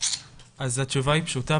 אז התשובה היא פשוטה,